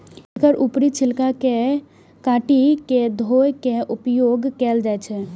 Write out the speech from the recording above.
एकर ऊपरी छिलका के छील के काटि के धोय के उपयोग कैल जाए छै